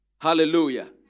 Hallelujah